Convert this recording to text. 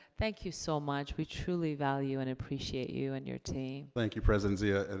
thank you so much, we truly value and appreciate you and your team. thank you, president zia. and